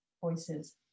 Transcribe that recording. voices